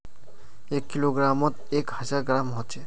एक किलोग्रमोत एक हजार ग्राम होचे